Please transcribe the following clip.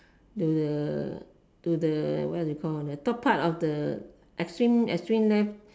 the to the what is it called the top part of the extreme extreme left